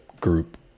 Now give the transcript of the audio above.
group